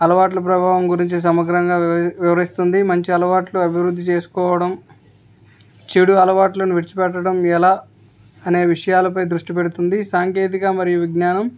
అలవాట్లు ప్రభావం గురించి సమగ్రంగా వివ వివరిస్తుంది మంచి అలవాట్లు అభివృద్ధి చేసుకోవడం చెడు అలవాట్లను విడిచిపెట్టడం ఎలా అనే విషయాలపై దృష్టి పెడుతుంది సాంకేతికత మరియు విజ్ఞానం